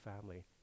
family